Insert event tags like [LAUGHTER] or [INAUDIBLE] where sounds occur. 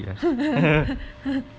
[LAUGHS]